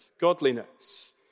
godliness